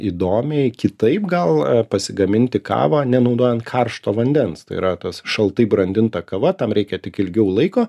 įdomiai kitaip gal pasigaminti kavą nenaudojant karšto vandens tai yra tas šaltai brandinta kava tam reikia tik ilgiau laiko